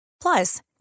Plus